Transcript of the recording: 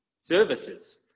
services